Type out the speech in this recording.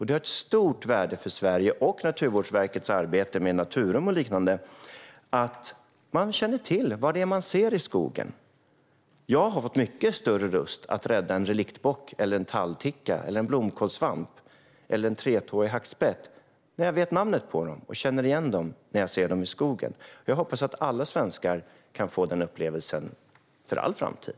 Det har ett stort värde för Sverige, och för Naturvårdsverkets arbete med Naturum och liknande, att människor känner till vad det är de ser i skogen. Jag har fått mycket större lust att rädda en reliktbock, en tallticka, en blomkålssvamp eller en tretåig hackspett efter att ha fått veta namnet på dem och kan känna igen dem när jag ser dem i skogen. Jag hoppas att alla svenskar kan få den upplevelsen för all framtid.